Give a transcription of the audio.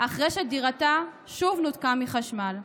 אחרי שדירתה שוב נותקה מחשמל.